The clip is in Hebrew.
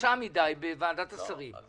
קשה מדי בוועדת השרים.